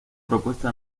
propuesta